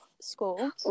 school